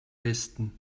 westen